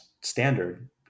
standard